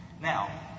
Now